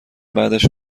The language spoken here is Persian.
بعدش